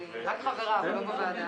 נגד?